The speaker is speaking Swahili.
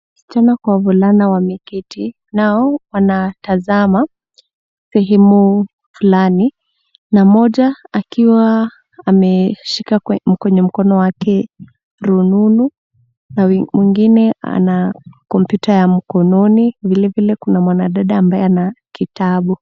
Wasichana kwa wavulana wameketi, nao wanatazama sehemu fulani na mmoja akiwa ameshika kwenye mkono wake rununu na mwingine ana kompyuta ya mkononi, vilevile kuna mwanadada ambaye ana kitabu.